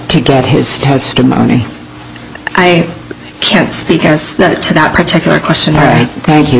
to get his testimony i can't speak to that particular question thank you